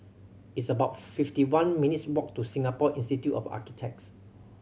it's about fifty one minutes' walk to Singapore Institute of Architects